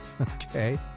Okay